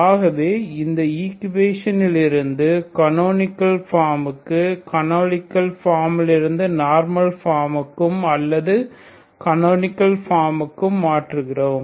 ஆகவே இந்த ஈக்குவேஷன் இலிருந்து கனோனிகல் ஃபார்முக்கும் கனோனிகல் ஃப்பமிலிருந்து நார்மல் ஃபார்முக்கும் அல்லது கனோனிகல் ஃபார்முக்கும் மாற்றுகிறோம்